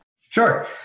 Sure